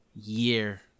year